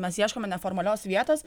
mes ieškome neformalios vietos